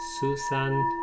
susan